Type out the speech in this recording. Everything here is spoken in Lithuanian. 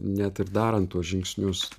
net ir darant tuos žingsnius